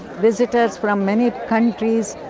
visitors from many countries,